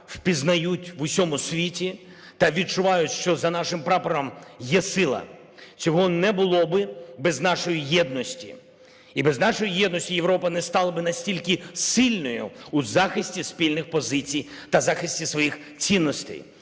впізнають в усьому світі та відчувають, що за нашим прапором є сила. Цього не було би без нашої єдності. І без нашої єдності Європа не стала би настільки сильною у захисті спільних позицій та захисті своїх цінностей.